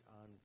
on